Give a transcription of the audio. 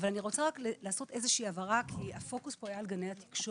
אבל אני רוצה להבהיר משהו כי הפוקוס היה פה על גני התקשורת.